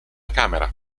camera